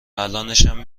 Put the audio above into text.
الانشم